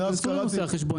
בסדר, שייכנסו לנושא החשבוניות.